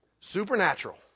supernatural